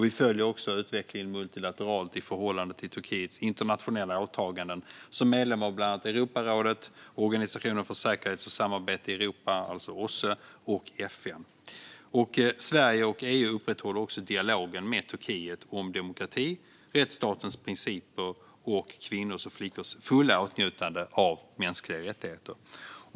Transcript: Vi följer också utvecklingen multilateralt i förhållande till Turkiets internationella åtaganden som medlem av bland annat Europarådet, Organisationen för säkerhet och samarbete i Europa, OSSE, och FN. Sverige och EU upprätthåller också dialogen med Turkiet om demokrati, rättsstatens principer och kvinnors och flickors fulla åtnjutande av mänskliga rättigheter.